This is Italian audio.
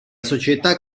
società